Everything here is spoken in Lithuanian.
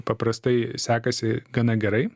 paprastai sekasi gana gerai